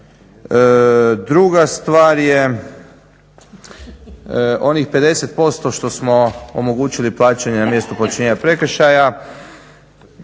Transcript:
Druga stvar je onih 50% što smo omogućili plaćanje na mjestu počinjenja prekršaja.